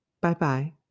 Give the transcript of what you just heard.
Bye-bye